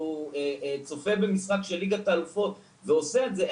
והוא צופה במשחק של ליגת האלופות ועושה את זה,